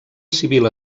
civil